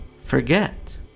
Forget